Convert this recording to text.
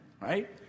right